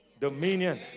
dominion